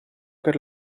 per